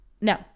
no